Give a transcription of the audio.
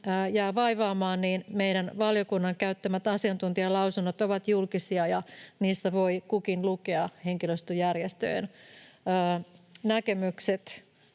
jää vaivaamaan, niin meidän valiokuntamme käyttämät asiantuntijalausunnot ovat julkisia ja niistä voi kukin lukea henkilöstöjärjestöjen näkemykset